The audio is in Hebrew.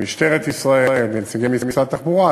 משטרת ישראל ונציגי משרד התחבורה,